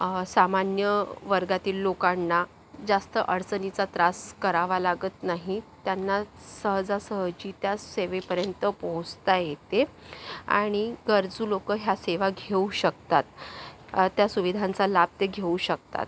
सामान्य वर्गातील लोकांना जास्त अडचणीचा त्रास करावा लागत नाही त्यांना सहजासहजी त्या सेवेपर्यंत पोहोचता येते आणि गरजू लोकं ह्या सेवा घेऊ शकतात त्या सुविधांचा लाभ ते घेऊ शकतात